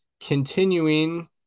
continuing